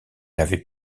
n’avait